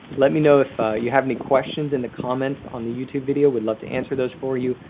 let me know if you have any questions in the comments on the youtube video. we'd love to answer those for you.